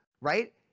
right